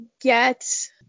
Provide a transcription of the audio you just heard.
get